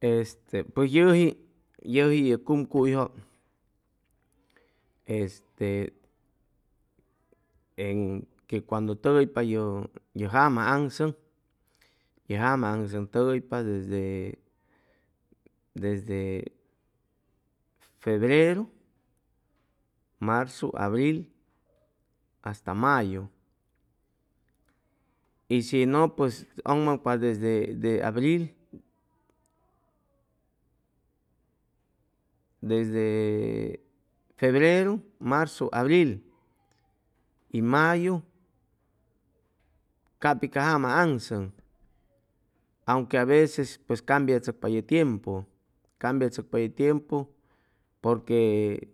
Este pues yʉji yʉji ye cumcuyjʉ este en que cuando tʉgʉypa ye jama aŋsʉŋ ye jama aŋsʉŋ tʉgʉypa desde desde febreru, marzu, abril, hasta mayu ishinʉ pues ʉgmaŋpa desde abril desde febreru, marzu, abril y mayu cap pi ca jama aŋsʉŋ aunque aveces pues cambiachʉcpa ye tiempu cambiachʉcpa ye tiempu porque